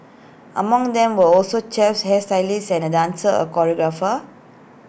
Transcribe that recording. among them were also chefs hairstylist and A dancer choreographer